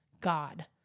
God